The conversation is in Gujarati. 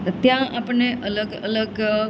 ત્યાં આપણને અલગ અલગ